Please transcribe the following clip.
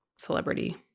celebrity